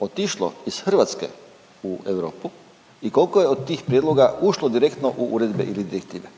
otišlo iz Hrvatske u Europu i koliko je od tih prijedloga ušlo direktno u uredbe ili direktive?